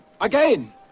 Again